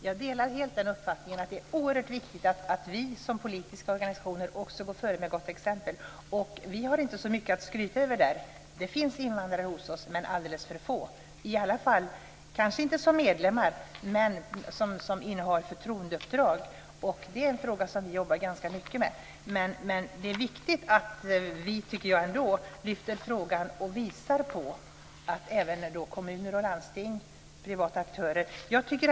Fru talman! Jag delar helt uppfattningen att det är oerhört viktigt att vi som politiska organisationer också går före med gott exempel. Vi har inte så mycket att skryta över där. Det finns invandrare hos oss, men alldeles för få, kanske inte som medlemmar, men bland dem som innehar förtroendeuppdrag. Det är en fråga som vi jobbar ganska mycket med. Men jag tycker att det ändå är viktigt att vi lyfter fram frågan och visar att även kommuner och landsting liksom privata aktörer kan agera.